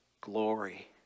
glory